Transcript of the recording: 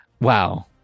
Wow